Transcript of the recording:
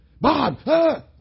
Bob